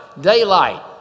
daylight